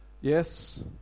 yes